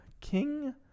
King